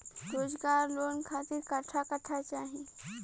रोजगार लोन खातिर कट्ठा कट्ठा चाहीं?